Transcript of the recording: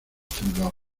temblaban